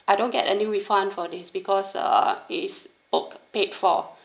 I don't get any refund for this because uh it is booked paid for